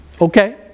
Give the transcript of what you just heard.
Okay